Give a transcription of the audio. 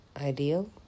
ideal